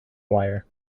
wire